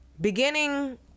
beginning